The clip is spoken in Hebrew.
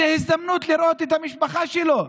זו הזדמנות לראות את המשפחה שלו,